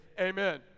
amen